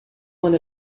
one